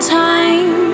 time